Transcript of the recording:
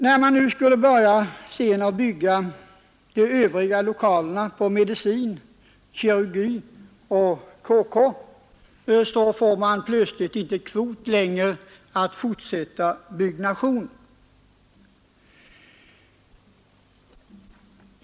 När man skulle börja bygga de övriga lokalerna för medicin, kirurgi och KK, fick man plötsligt inte kvot att fortsätta byggnationen.